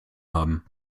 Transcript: haben